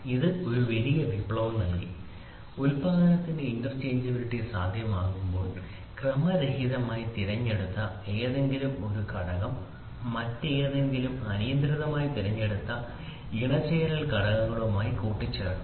ഇത് ഒരു വലിയ വിപ്ലവം നൽകി ഉൽപ്പാദനത്തിന്റെ ഇന്റർചേഞ്ചബിലിറ്റി സാധ്യമാകുമ്പോൾ ക്രമരഹിതമായി തിരഞ്ഞെടുത്ത ഏതെങ്കിലും ഒരു ഘടകം മറ്റേതെങ്കിലും അനിയന്ത്രിതമായി തിരഞ്ഞെടുത്ത ഇണചേരൽ ഘടകങ്ങളുമായി കൂട്ടിച്ചേർക്കണം